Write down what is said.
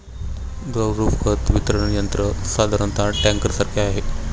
द्रवरूप खत वितरण यंत्र साधारणतः टँकरसारखे असते